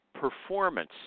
performance